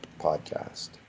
podcast